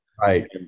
Right